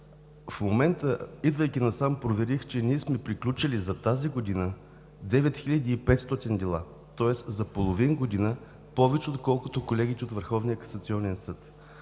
В момента, идвайки насам, проверих, че ние сме приключили за тази година 9500 дела, тоест за половин година повече, отколкото